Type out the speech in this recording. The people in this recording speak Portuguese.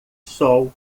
sol